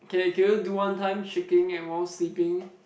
okay can you can you do one time shaking and while sleeping